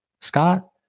Scott